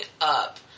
up